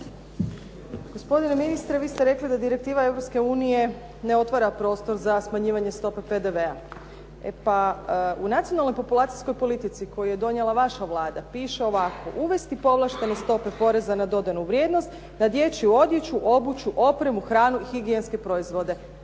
Gospodine ministre, vi ste rekli da direktiva Europske unije ne otvara prostor za smanjivanje stope PDV-a. E pa u nacionalnoj populacijskoj politici koju je donijela vaša Vlada piše ovako. Uvesti povlaštene stope poreza na dodanu vrijednost, na dječju odjeću, obuću, opremu, hranu i higijenske proizvode,